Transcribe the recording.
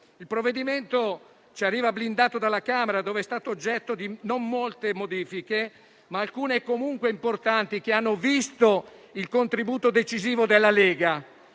Il provvedimento ci arriva blindato dalla Camera, dov'è stato oggetto di non molte modifiche, ma alcune comunque importanti che hanno visto il contributo decisivo della Lega,